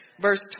Verse